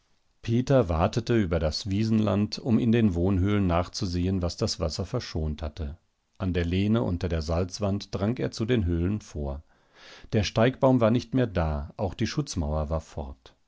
peter watete über das wiesenland um in den wohnhöhlen nachzusehen was das wasser verschont hatte an der lehne unter der salzwand drang er zu den höhlen vor der steigbaum war nicht mehr da auch die schutzmauer war fort